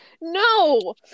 no